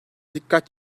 dikkat